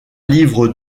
livres